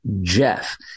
Jeff